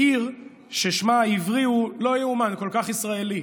בעיר ששמה העברי הוא, לא ייאמן, כל כך ישראלי,